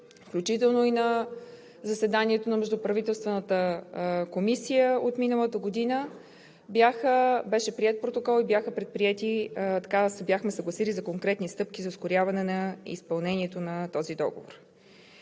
включително и на заседанието на Междуправителствената комисия от миналата година, беше приет протокол и се бяхме съгласили за конкретни стъпки за ускоряване на изпълнението на този договор.